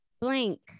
blank